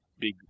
big